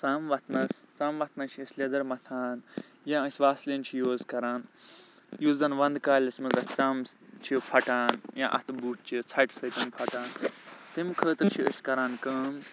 ژَم وَتھنَس ژَم وَتھنَس چھِ أسۍ لیدٕر مَتھان یا أسۍ ویسلیٖن چھِ یوٗز کَران یُس زن ونٛدٕ کالِس منٛز اَسہِ ژَم چھِ پھٹان یا اَتھٕ بُتھ چھُ ژَھٹہِ سٍتۍ پھٹان تَمہِ خٲطرٕ چھِ اَسہِ کَران کٲم